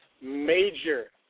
major